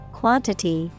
quantity